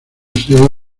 serie